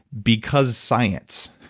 because science.